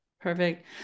Perfect